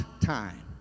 time